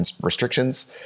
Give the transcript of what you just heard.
restrictions